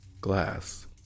Glass